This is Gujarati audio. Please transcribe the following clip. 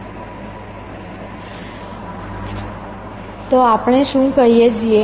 તો આપણે શું કહીએ છીએ